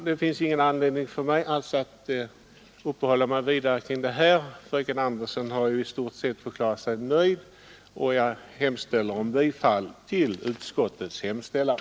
Det finns ingen anledning för mig att uppehålla mig vidare med detta — fröken Andersson i Stockholm har ju i stort sett förklarat sig nöjd. Jag yrkar därför bifall till utskottets hemställan.